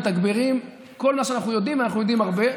מתגברים כל מה שאנחנו יודעים, ואנחנו יודעים הרבה.